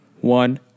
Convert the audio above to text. one